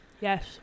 Yes